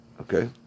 okay